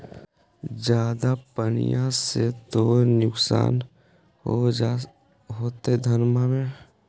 ज्यादा पनिया से तो नुक्सान हो जा होतो धनमा में?